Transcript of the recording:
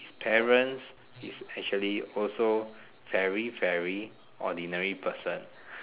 parents is actually also very very ordinary person